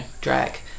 drag